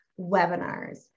webinars